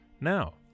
Now